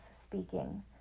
speaking